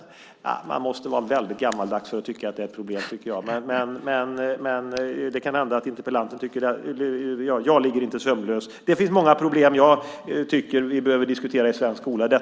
Jag tycker att man måste vara väldigt gammaldags för att tycka att det är ett problem. Det kan hända att interpellanten tycker det. Jag ligger inte sömnlös över detta. Det finns många problem som jag tycker att vi behöver diskutera i svensk skola.